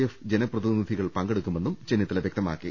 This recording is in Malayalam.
എഫ് ജനപ്രതിനിധി കൾ പങ്കെടുക്കുമെന്നും ചെന്നിത്തല വ്യക്തമാക്കി